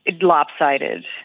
lopsided